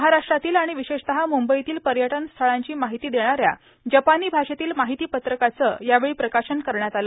महाराष्ट्रातील आणि विशेषतः म्रंबईतील पर्यटनस्थळांची माहिती देणाऱ्या जपानी भाषेतील माहितीपत्रकाचं यावेळी प्रकाशन करण्यात आलं